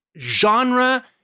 genre